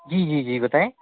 جی جی جی بتائیں